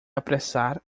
apressar